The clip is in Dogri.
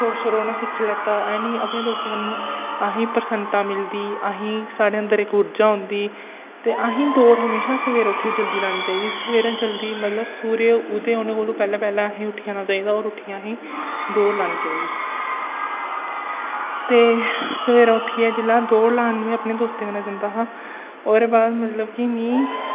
खुश रौह्ना सिक्खी लैता है नी अपने दोस्तें कन्नै असें गी प्रसन्नता मिलदी असें गी साढ़े अन्दर इक ऊर्जा औंदी ते असें गी दौड़ हमेशा सवेरै उट्ठियै जल्दी लानी चाहिदी सवेरै जल्दी मतलब सूर्य उदय होने कोलू पैह्लें पैह्लें असें गी उट्टी जाना चाहिदा और उट्ठियै असेंगी दौड़ लानी चाहिदी ते सवेरै उट्ठियै जिल्लै दौड़ लान में अपने दोस्तें कन्नै जंदा हा ओह्दे बाद मतलब कि मी